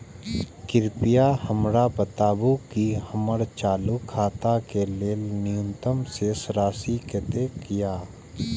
कृपया हमरा बताबू कि हमर चालू खाता के लेल न्यूनतम शेष राशि कतेक या